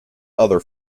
other